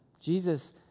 Jesus